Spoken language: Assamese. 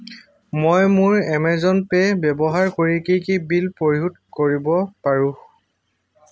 মই মোৰ এমেজন পে' ব্যৱহাৰ কৰি কি কি বিল পৰিশোধ কৰিব পাৰোঁ